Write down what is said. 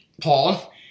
Paul